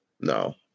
no